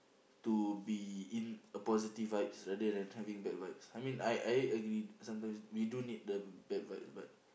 to be in a positive vibes rather than having bad vibes I mean I I agree sometimes we do need the bad vibes but